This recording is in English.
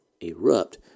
erupt